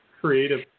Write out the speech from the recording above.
creative